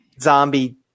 zombie